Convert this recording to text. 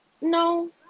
no